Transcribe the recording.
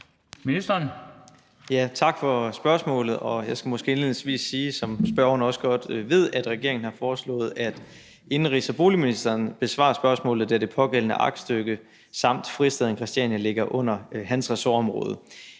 Tak for spørgsmålet. Jeg skal måske indledningsvis sige, som spørgeren også godt ved, at regeringen har foreslået, at indenrigs- og boligministeren besvarer spørgsmålet, da det pågældende aktstykke samt Fristaden Christiania ligger under hans ressortområde.